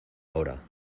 ahora